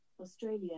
Australia